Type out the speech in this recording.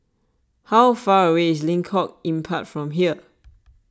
how far away is Lengkong Empat from here